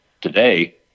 Today